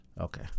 Okay